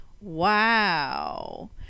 Wow